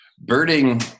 Birding